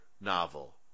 novel